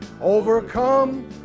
overcome